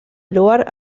lugar